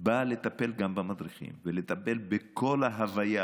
באה לטפל גם במדריכים ולטפל בכל ההוויה,